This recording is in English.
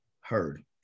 Heard